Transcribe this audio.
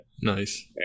Nice